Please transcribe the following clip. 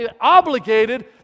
obligated